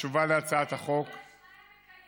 בתשובה על הצעת החוק, נאה דורש, נאה מקיים.